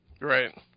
right